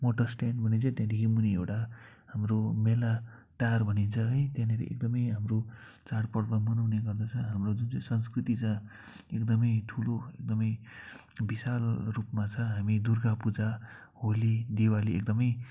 motor stand भनिन्छ त्यहाँदेखि मुनि एउटा हाम्रो मेला टार भनिन्छ है त्यहाँनिर एकदमै हाम्रो चाँड पर्व मनाउँने गर्दछ हाम्रो जुन चाहिँ संस्कृति छ एकदमै ठुलो एकदमै विशाल रूपमा छ हामी दुर्गा पूजा होली दिवाली एकदमै